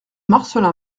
marcelin